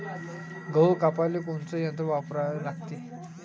गहू कापाले कोनचं यंत्र वापराले लागन?